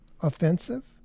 offensive